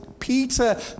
Peter